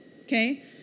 okay